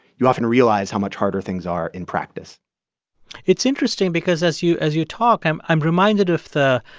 you often realize how much harder things are in practice it's interesting because as you as you talk, i'm i'm reminded of the,